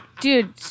dude